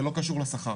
זה לא קשור לשכר.